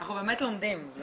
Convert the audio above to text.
אנחנו באמת לומדים.